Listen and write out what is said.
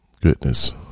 goodness